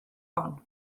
hon